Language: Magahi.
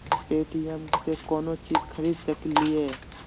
पे.टी.एम से कौनो चीज खरीद सकी लिय?